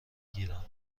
گیرم